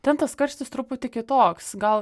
ten tas karštis truputį kitoks gal